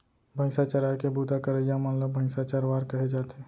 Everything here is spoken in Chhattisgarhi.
भईंसा चराए के बूता करइया मन ल भईंसा चरवार कहे जाथे